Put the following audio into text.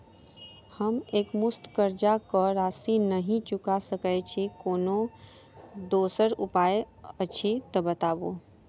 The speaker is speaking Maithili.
हम एकमुस्त कर्जा कऽ राशि नहि चुका सकय छी, कोनो दोसर उपाय अछि तऽ बताबु?